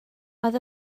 oedd